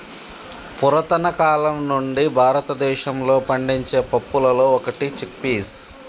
పురతన కాలం నుండి భారతదేశంలో పండించే పప్పులలో ఒకటి చిక్ పీస్